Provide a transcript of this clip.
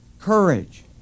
courage